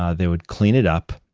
ah they would clean it up,